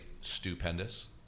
stupendous